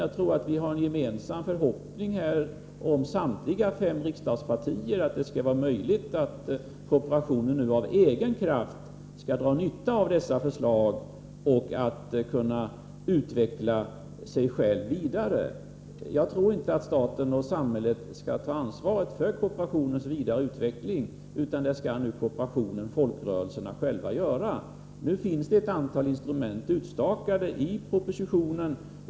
Jag tror att samtliga fem riksdagspartier har en gemensam förhoppning om att det skall vara möjligt för kooperationen att nu av egen kraft dra nytta av detta förslag och att utveckla sig själv vidare. Jag tror inte att staten och samhället skall ta ansvaret för kooperationens vidare utveckling, utan det skall kooperationen och folkrörelserna nu göra själva. Nu finns det ett antal instrument utstakade i propositionen.